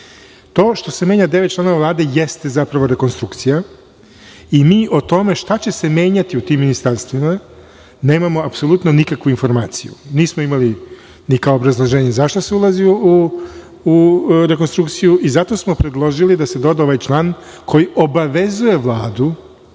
To što se menja devet članova Vlade jeste zapravo rekonstrukcija i mi o tome šta će se menjati u tim ministarstvima nemamo apsolutno nikakvu informaciju. Nismo imali ni kao obrazloženje zašto se ulazi u rekonstrukciju. Zato smo predložili da se doda ovaj član koji obavezuje Vladu